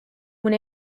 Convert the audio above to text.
when